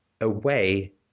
away